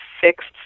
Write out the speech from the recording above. fixed